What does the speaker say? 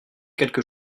quelque